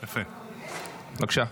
בבקשה.